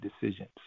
decisions